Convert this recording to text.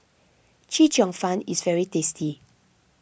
Chee Cheong Fun is very tasty